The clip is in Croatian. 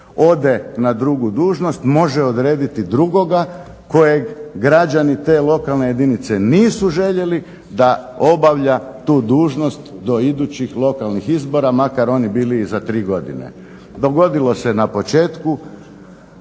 ode na drugu dužnost, može odrediti drugoga kojeg građani te lokalne jedinice nisu željeli da obavlja tu dužnost do idućih lokalnih izbora makar oni bili i za 3 godine. Dogodilo se na početku